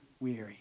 weary